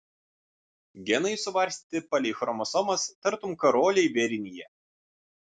genai suvarstyti palei chromosomas tartum karoliai vėrinyje